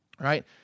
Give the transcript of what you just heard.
right